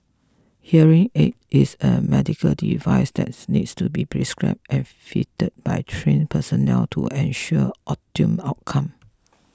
hearing aid is a medical device that needs to be prescribed and fitted by trained personnel to ensure optimum outcome